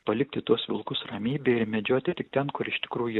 palikti tuos vilkus ramybėje medžioti tik ten kur iš tikrųjų